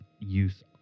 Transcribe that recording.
use